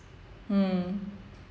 mm